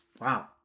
Wow